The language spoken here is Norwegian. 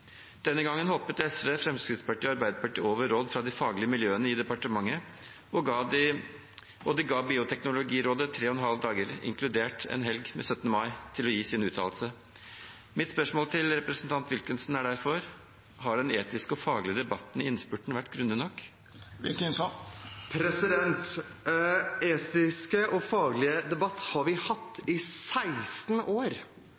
Denne gangen hoppet SV, Fremskrittspartiet og Arbeiderpartiet over råd fra de faglige miljøene i departementet, og de ga Bioteknologirådet tre og en halv dag, inkludert helg og 17. mai, til å gi sin uttalelse. Mitt spørsmål til representanten Wilkinson er derfor: Har den etiske og faglige debatten i innspurten vært grundig nok? Etisk og faglig debatt har vi hatt i 16 år.